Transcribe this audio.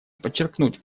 подчеркнуть